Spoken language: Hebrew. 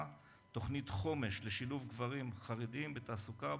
משלים תוכנית חומש לשילוב גברים חרדים בתעסוקה